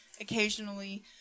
occasionally